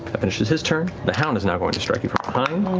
that finishes his turn. the hound is now going to strike you from behind.